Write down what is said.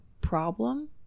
problem